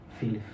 Feel